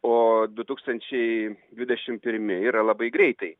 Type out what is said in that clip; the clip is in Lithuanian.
o du tūkstančiai dvidešim pirmi yra labai greitai